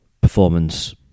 performance